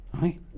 right